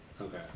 Okay